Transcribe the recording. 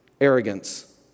arrogance